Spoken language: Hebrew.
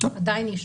עדיין.